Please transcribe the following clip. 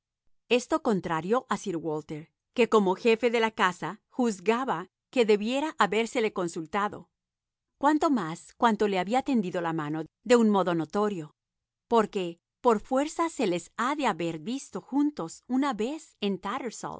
esto contrarió a sir walter que como jefe de la casa juzgaba que debiera habérsele consultado cuánto más cuanto que le había tendido la mano de un modo notorio porque por fuerza se les ha de haber visto juntos una vez en